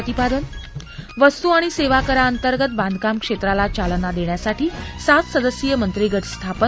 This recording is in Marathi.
प्रतिपादन वस्तू आणि सेवा कराअंतर्गत बांधकाम क्षेत्राला चालना देण्यासाठी सात सदस्यीय मंत्रिगट स्थापन